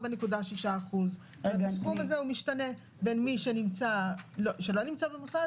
4.6%. הסכום הזה משתנה בין מי שלא נמצא במוסד